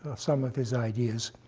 some of his ideas.